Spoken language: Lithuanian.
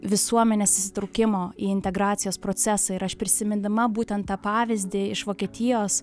visuomenės įsitraukimo į integracijos procesą ir aš prisimindama būtent tą pavyzdį iš vokietijos